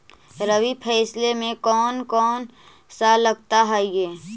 रबी फैसले मे कोन कोन सा लगता हाइय?